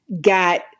got